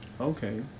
Okay